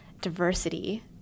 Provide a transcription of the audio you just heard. diversity